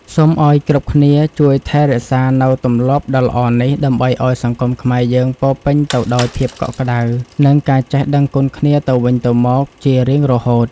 សូមឱ្យគ្រប់គ្នាជួយថែរក្សានូវទម្លាប់ដ៏ល្អនេះ ដើម្បីឱ្យសង្គមខ្មែរយើងពោពេញទៅដោយភាពកក់ក្តៅ និងការចេះដឹងគុណគ្នាទៅវិញទៅមកជារៀងរហូត។